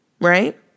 right